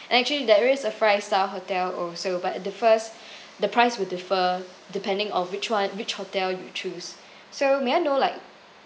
and actually there is a five star hotel also but the first the price will differ depending on which one which hotel you choose so may I know like